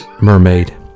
mermaid